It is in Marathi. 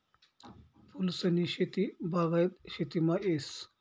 फूलसनी शेती बागायत शेतीमा येस